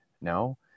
no